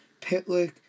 Pitlick